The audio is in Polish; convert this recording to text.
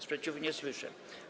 Sprzeciwu nie słyszę.